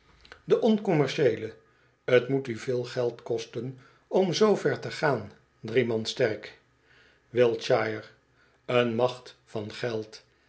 de on commercieels t moet u veel geld kosten om zoo ver te gaan drie man sterk wiltshire een macht van geld